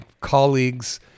colleagues